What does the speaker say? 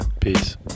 peace